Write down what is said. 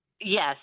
Yes